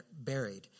buried